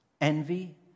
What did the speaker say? envy